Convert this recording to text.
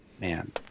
Man